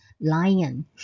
lion